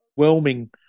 overwhelming